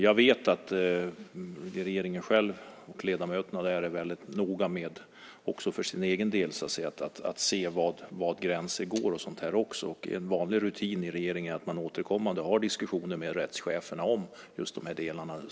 Jag vet att ledamöterna i regeringen också för sin egen del är väldigt noga med att se var gränserna går. Och en vanlig rutin i regeringen är att man återkommande har diskussioner med rättscheferna om just detta.